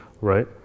Right